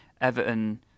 Everton